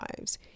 lives